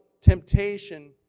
temptation